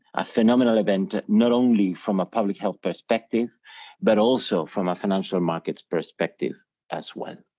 a phenomenal event normally from a public health perspective but also from a financial markets perspective as well.